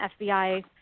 FBI